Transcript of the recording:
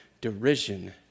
derision